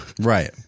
right